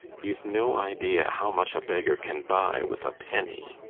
you've no idea how much a beggar can buy with a penny!